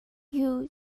you